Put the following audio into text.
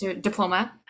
diploma